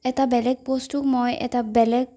এটা বেলেগ বস্তু মই এটা বেলেগ